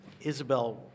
Isabel